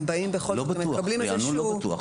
ריענון, לא בטוח.